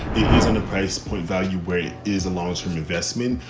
isn't a price point value. weight is a longterm investment,